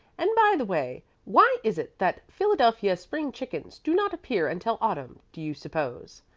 and, by the way, why is it that philadelphia spring chickens do not appear until autumn, do you suppose?